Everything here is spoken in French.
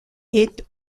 est